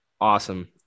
awesome